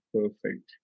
Perfect